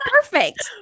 Perfect